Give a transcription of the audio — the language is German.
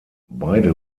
beide